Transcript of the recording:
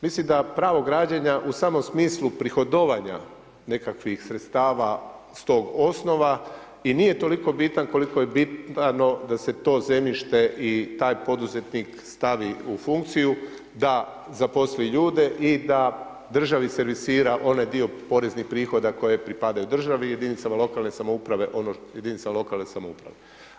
Mislim da pravo građenja u samom smislu prihodovanja nekakvih sredstava s tog osnova i nije toliko bitan koliko je bitno da se to zemljište i taj poduzetnik stavi u funkciju da zaposli ljude i da državi servisira onaj dio poreznih prihoda koje pripadaju državi, jedinicama lokalne samouprave odnosno jedinica lokalne samouprave.